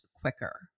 quicker